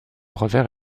revers